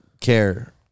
care